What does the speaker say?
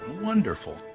Wonderful